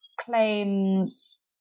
claims